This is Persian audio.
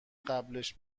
قبلش